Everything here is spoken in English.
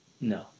no